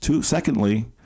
secondly